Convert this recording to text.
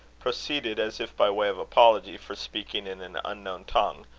proceeded, as if by way of apology for speaking in an unknown tongue,